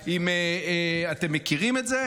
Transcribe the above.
אם אתם מכירים אותה.